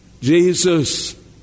Jesus